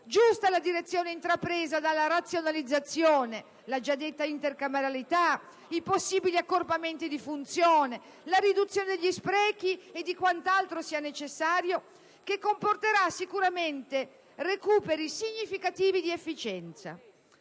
Giusta è la direzione intrapresa dalla razionalizzazione (la già detta intercameralità, i possibili accorpamenti di funzioni, la riduzione degli sprechi e di quant'altro sia necessario), che comporterà sicuramente recuperi significativi di efficienza: